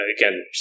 again